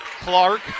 Clark